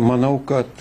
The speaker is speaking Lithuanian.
manau kad